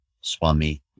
Swami